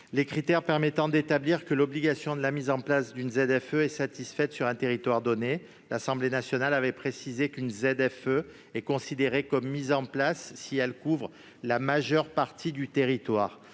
les critères permettant d'établir que l'obligation de mettre en place une ZFE est satisfaite sur un territoire donné. L'Assemblée nationale avait précisé qu'une ZFE est considérée comme mise en place si elle couvre la majeure partie du territoire.